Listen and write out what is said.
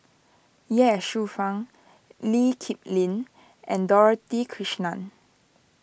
Ye Shufang Lee Kip Lin and Dorothy Krishnan